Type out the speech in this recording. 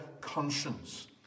conscience